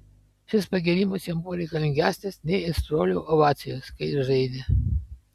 šis pagyrimas jam buvo reikalingesnis nei aistruolių ovacijos kai jis žaidė